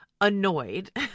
annoyed